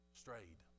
strayed